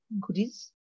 goodies